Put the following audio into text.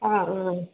ஆ